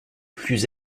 plus